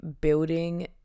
building